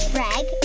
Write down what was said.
Greg